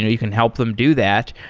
you can help them do that.